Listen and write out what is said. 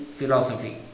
Philosophy